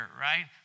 right